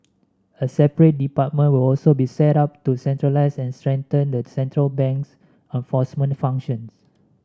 a separate department will also be set up to centralise and strengthen the central bank's enforcement functions